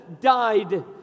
died